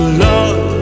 love